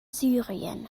syrien